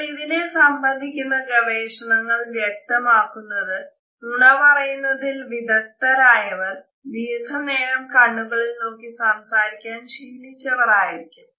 എന്നാൽ ഇതിനെ സംബന്ധിക്കുന്ന ഗവേഷണങ്ങൾ വ്യക്തമാക്കുന്നത് നുണ പറയുന്നതിൽ വിദഗ്ധരായവർ ദീർഘനേരം കണ്ണുകളിൽ നോക്കി സംസാരിക്കാൻ ശീലിച്ചവർ ആയിരിക്കും